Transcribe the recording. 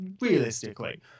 realistically